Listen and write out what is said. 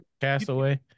Castaway